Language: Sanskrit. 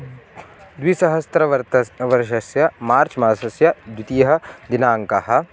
द्विसहस्त्रवर्षस्य वर्षस्य मार्च् मासस्य द्वितीयः दिनाङ्कः